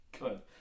Good